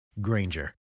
Granger